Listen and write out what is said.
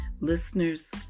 Listeners